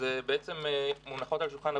כשנשים מותקפות,